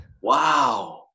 Wow